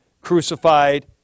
crucified